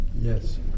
Yes